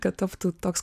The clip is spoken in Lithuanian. kad taptų toks